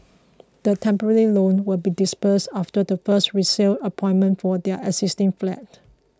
the temporary loan will be disbursed after the first resale appointment for their existing flat